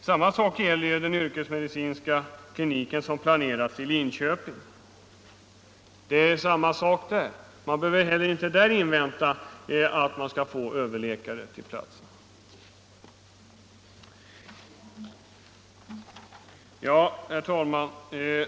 Samma sak gäller den yrkesmedicinska klinik som planeras i Linköping; man behöver inte heller där invänta att man får en överläkare till platsen. Herr talman!